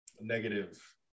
Negative